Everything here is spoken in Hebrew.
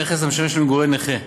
נכס המשמש למגורי נכה)